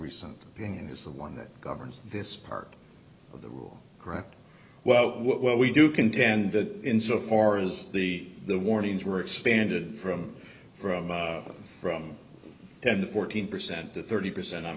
recent opinion is the one that governs this part of the rule correct well what we do contended insofar as the the warnings were expanded from from from ten to fourteen percent to thirty percent on